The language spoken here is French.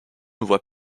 voie